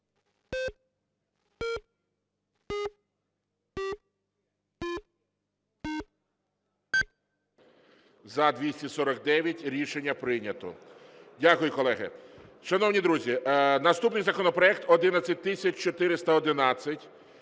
За-249 Рішення прийнято. Дякую, колеги. Шановні друзі, наступний законопроект 11411.